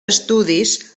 estudis